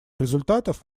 результатов